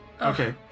Okay